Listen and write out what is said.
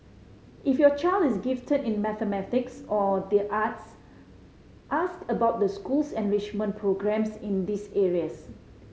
if your child is gifted in mathematics or the arts ask about the school's enrichment programmes in these areas